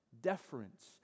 deference